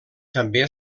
també